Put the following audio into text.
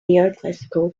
neoclassical